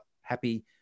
happy